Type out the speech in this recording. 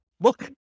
look